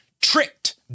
tricked